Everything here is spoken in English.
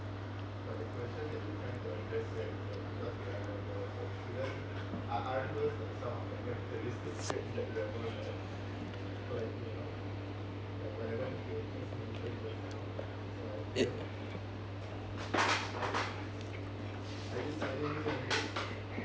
it